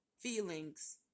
feelings